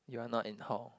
you are not in hall